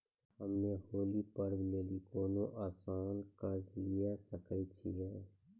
हम्मय होली पर्व लेली कोनो आसान कर्ज लिये सकय छियै?